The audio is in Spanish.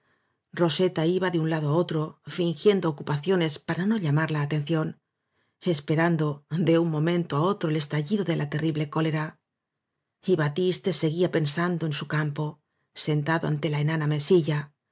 roseta iba de un lado á otro fingiendo ocupaciones para no llamar la aten ción esperando de un momento á otro el estajlido de la terrible cólera y batiste seguía pensando en su campo sentado ante la enana mesilla